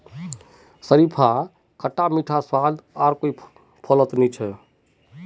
शरीफार खट्टा मीठा स्वाद आर कोई फलत नी छोक